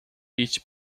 each